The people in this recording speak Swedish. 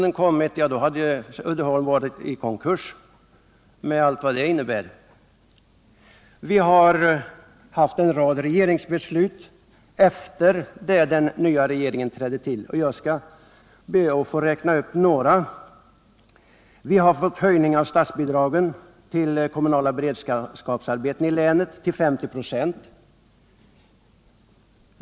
Men vad hade hänt med Uddeholm, om inte den propositionen hade kommit? Men vi har haft en rad regeringsbeslut efter det att den nya regeringen trätt till. Jag skall be att få räkna upp några: Vi har fått höjning av statsbidragen till kommunala beredskapsarbeten i länet till 50 96.